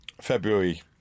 February